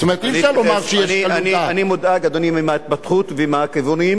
זאת אומרת, אי-אפשר לומר שיש קלות דעת.